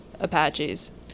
Apaches